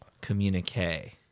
communique